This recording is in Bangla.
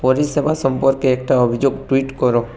পরিষেবা সম্পর্কে একটা অভিযোগ টুইট করো